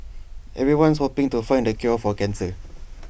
everyone's hoping to find the cure for cancer